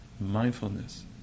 mindfulness